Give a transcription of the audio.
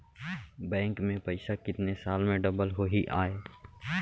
Bank में पइसा कितने साल में डबल होही आय?